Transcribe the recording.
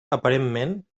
aparentment